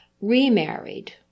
remarried